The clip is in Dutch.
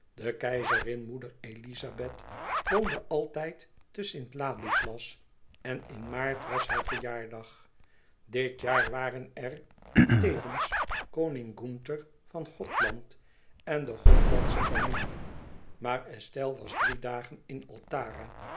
de keizerinmoeder elizabeth woonde altijd te st ladislas en in maart was haar verjaardag dit jaar waren er tevens koning gunther van gothland en de gothlandsche familie maar estelle was drie dagen in altara